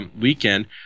weekend